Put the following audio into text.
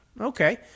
Okay